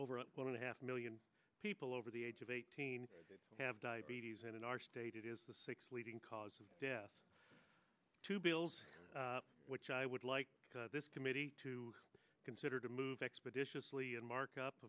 over one and a half million people over the age of eighteen have diabetes and in our state it is the sixth leading cause of death two bills which i would like this committee to consider to move expeditiously and mark up